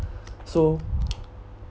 so